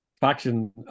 faction